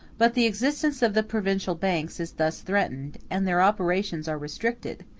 but the existence of the provincial banks is thus threatened, and their operations are restricted,